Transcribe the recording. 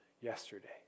yesterday